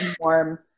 warm